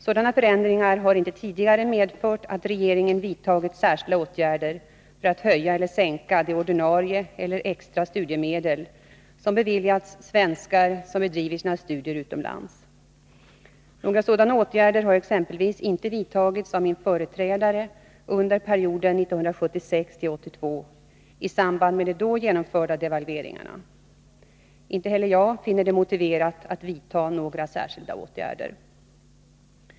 Sådana förändringar har inte tidigare medfört att regeringen vidtagit särskilda åtgärder för att höja eller sänka de ordinarie eller extra studiemedel som beviljats svenskar som bedriver sina studier utomlands. Några sådana åtgärder har exempelvis inte vidtagits av min företrädare under perioden 1976-1982i samband med de då genomförda devalveringarna. Inte heller jag finner det motiverat att vidta några särskilda åtgärder.